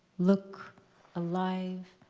look alive,